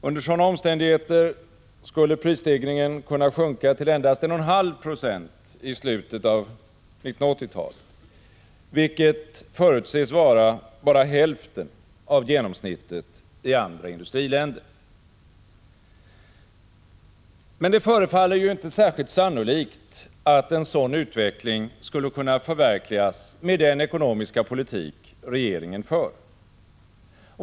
Under sådana omständigheter skulle prisstegringen kunna sjunka till endast 1,5 20 i slutet av 1980-talet, vilket förutses vara bara hälften av genomsnittet i andra industriländer. Men det förefaller inte särskilt sannolikt att en sådan utveckling skulle kunna förverkligas med den ekonomiska politik regeringen för.